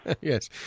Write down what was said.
yes